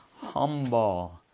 humble